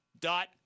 dot